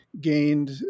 gained